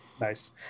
Nice